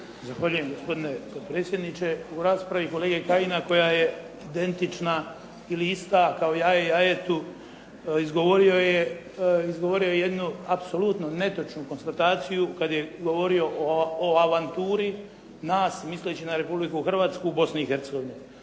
Zahvaljujem gospodine potpredsjedniče. U raspravi kolege Kajina koja je identična ili ista kao jaje jajetu, izgovorio je jednu apsolutno netočnu konstataciju, kada je govorio o avanturi nas, misleći na Republiku Hrvatsku, Bosnu i Hercegovinu.